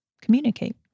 communicate